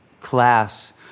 class